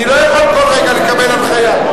אני לא יכול כל רגע לקבל הנחיה.